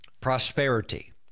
Prosperity